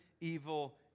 evil